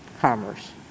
commerce